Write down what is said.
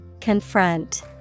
Confront